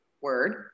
word